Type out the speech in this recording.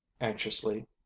anxiously